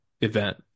event